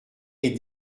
est